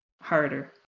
Harder